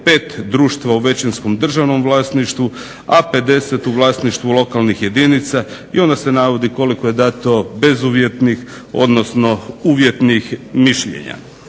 je 5 društva u većinskom državnom vlasništvu a 50 u vlasništvu lokalnih jedinica i onda se navodi koliko je dato bezuvjetnih odnosno uvjetnih mišljenja.